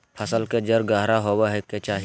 फसल के जड़ गहरा होबय के चाही